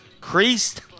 creased